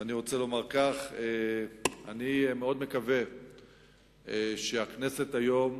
ואני רוצה לומר כך: אני מאוד מקווה שהכנסת היום,